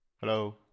Hello